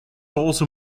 also